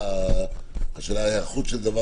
התוכנה מוכנה, האב טיפוס מוכן.